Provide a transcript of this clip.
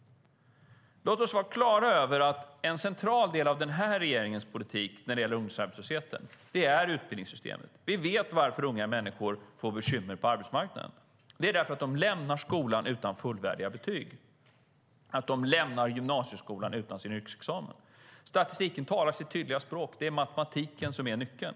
Låt oss vara klara över att en central del av den här regeringens politik när det gäller ungdomsarbetslösheten är utbildningssystemet. Vi vet varför unga människor får bekymmer på arbetsmarknaden. Det är att de lämnar skolan utan fullvärdiga betyg och att de lämnar gymnasieskolan utan sin yrkesexamen. Statistiken talar sitt tydliga språk: Det är matematiken som är nyckeln.